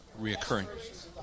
reoccurring